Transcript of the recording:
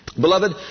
Beloved